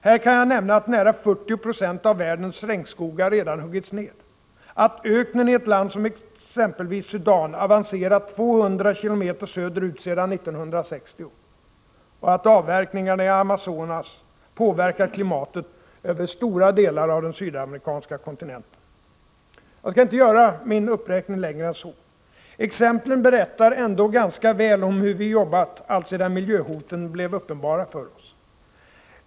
Här kan jag nämna att nära 40 96 av världens regnskogar redan huggits ned, att öknen i ett land som t.ex. Sudan avancerat 200 km söderut sedan 1960 och att avverkningarna i Amazonas påverkat klimatet i stora delar av den sydamerikanska kontinenten. Jag skall inte göra min uppräkning längre än så. Exemplen berättar ändå ganska väl om hur vi jobbat alltsedan miljöhoten blev uppenbara för oss.